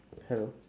hello